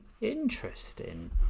interesting